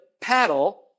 paddle